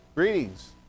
Greetings